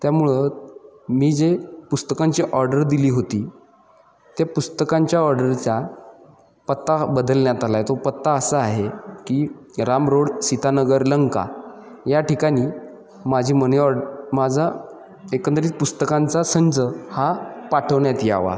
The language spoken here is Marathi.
त्यामुळं मी जे पुस्तकांची ऑर्डर दिली होती त्या पुस्तकांच्या ऑर्डरचा पत्ता बदलण्यात आला आहे तो पत्ता असा आहे की राम रोड सीतानगर लंका या ठिकाणी माझी मनीऑर्ड माझा एकंदरीत पुस्तकांचा संच हा पाठवण्यात यावा